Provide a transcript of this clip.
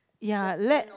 ya let